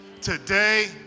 today